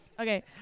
Okay